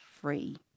free